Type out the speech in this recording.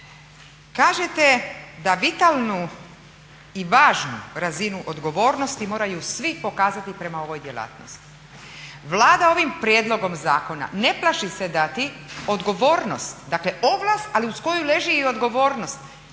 Kažete da vitalnu i važnu razinu odgovornosti moraju svi pokazati prema ovoj djelatnosti, Vlada ovim prijedlogom zakona ne plaši se dati odgovornost, dakle ovlast ali uz koju leži i odgovornost